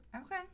okay